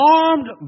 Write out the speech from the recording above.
armed